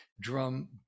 drum